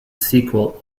sequel